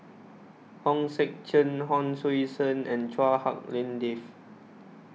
Hong Sek Chern Hon Sui Sen and Chua Hak Lien Dave